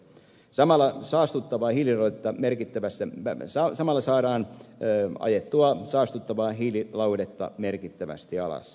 samalla saastuttava irrottaa merkittävässä veneessä asemalle saadaan ajettua saastuttavaa hiililauhdetta merkittävästi alas